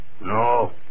No